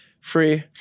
free